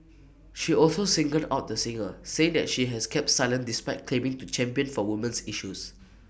she also singled out the singer say that she has kept silent despite claiming to champion for woman's issues